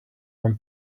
one